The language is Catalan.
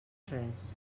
res